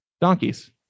donkeys